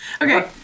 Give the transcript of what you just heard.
Okay